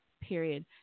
period